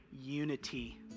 unity